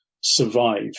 survive